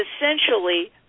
essentially